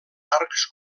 arcs